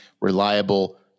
reliable